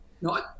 no